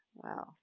Wow